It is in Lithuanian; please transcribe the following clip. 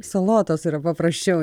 salotos yra paprasčiau